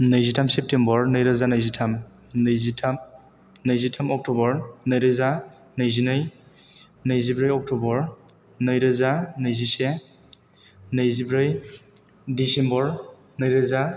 नैजिथाम सेप्तेम्ब'र नैरोजा नैजिथाम नैजिथाम अक्ट'बर नैरोजा नैजिनै नैजिब्रै अक्ट'बर नैरोजा नैजिसे नैजिब्रै डिसेम्ब'र नैरोजा